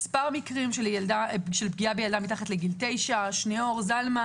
מספר מקרים של ילדה מתחת לגיל 9, שניאור זלמן